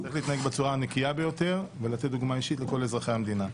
צריך להתנהג בצורה הנקייה ביותר ולתת דוגמה אישית לכל אזרחי המדינה.